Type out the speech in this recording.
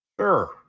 sure